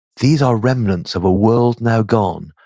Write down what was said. these are remnants of a world now gone,